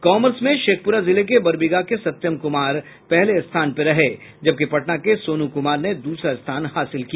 commerce में शेखपुरा जिले के बरबीघा के सत्यम कुमार पहले स्थान पर रहे जबकि पटना के सोनू कुमार ने दूसरा स्थान हासिल किया